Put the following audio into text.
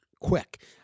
quick